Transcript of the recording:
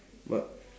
what